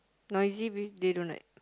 noisy be they don't like